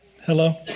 Hello